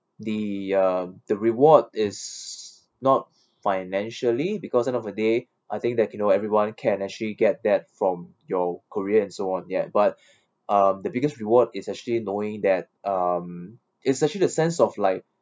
the uh the reward is not financially because end of the day I think that you know everyone can actually get that from your career and so on ya but um the biggest reward is actually knowing that um it's actually the sense of like